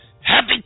happy